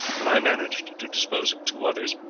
and i managed to dispose of two others,